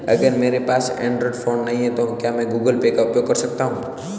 अगर मेरे पास एंड्रॉइड फोन नहीं है तो क्या मैं गूगल पे का उपयोग कर सकता हूं?